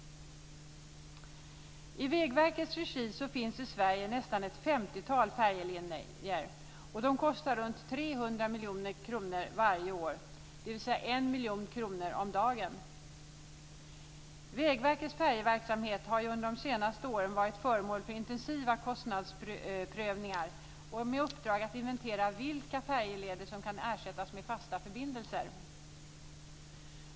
I Vägverkets regi finns i Sverige nästan ett femtiotal färjelinjer. De kostar runt 300 miljoner kronor varje år, dvs. 1 miljon kronor om dagen. Vägverkets färjeverksamhet har ju under de senaste åren varit föremål för intensiva kostnadsprövningar. Uppdraget har varit att inventera och undersöka vilka färjeleder som kan ersättas med fasta förbindelser.